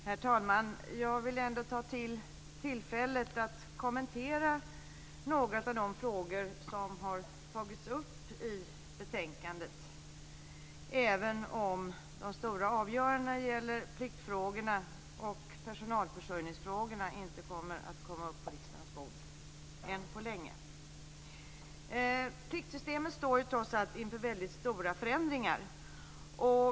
Herr talman! Jag vill ta tillfället i akt att kommentera några av de frågor som har tagits upp i betänkandet, även om de stora avgörandena som gäller pliktfrågorna och personalförsörjningsfrågorna inte kommer att komma upp på riksdagens bord än på länge. Pliktsystemet står trots allt inför väldigt stora förändringar.